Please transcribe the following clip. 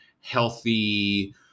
healthy